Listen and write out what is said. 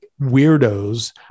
weirdos